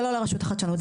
זה לא לרשות לחדשנות,